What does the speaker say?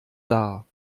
dar